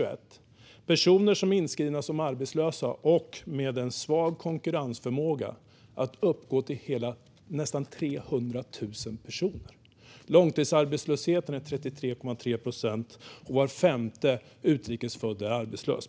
antalet personer som är inskrivna som arbetslösa och med en svag konkurrensförmåga att uppgå till nästan 300 000 personer. Långtidsarbetslösheten är 33,3 procent, och var femte utrikes född är arbetslös.